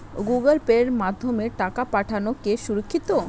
Google পের মাধ্যমে টাকা পাঠানোকে সুরক্ষিত?